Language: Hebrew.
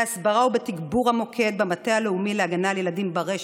בהסברה ובתגבור המוקד במטה הלאומי להגנה על ילדים ברשת,